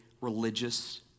religious